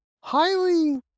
highly